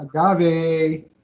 Agave